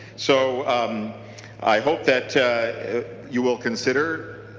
so um i hope that you will consider